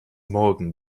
morgen